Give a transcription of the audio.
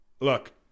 Look